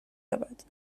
یابد